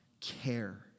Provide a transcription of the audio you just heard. care